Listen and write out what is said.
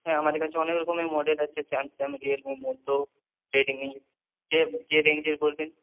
হ্যাঁ আমাদের কাছে অনেক রকমের মডেল আছে স্যামসং রিয়েলমি মোটো রেডমি যে যে রেঞ্জের বলবেন